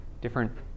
different